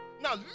now